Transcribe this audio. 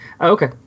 Okay